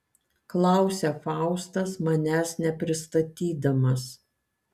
klausia faustas manęs nepristatydamas